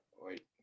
wait